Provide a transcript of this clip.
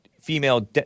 female